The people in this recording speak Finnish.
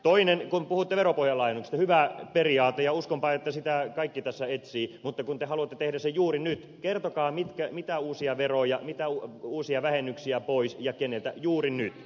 toinen asia kun puhutte veropohjan laajennuksesta hyvä periaate ja uskonpa että sitä kaikki tässä etsivät mutta kun te haluatte tehdä sen juuri nyt kertokaa mitä uusia veroja mitä uusia vähennyksiä pois ja keneltä juuri nyt